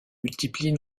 multiplie